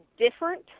different